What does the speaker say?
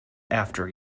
after